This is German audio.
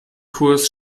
kurs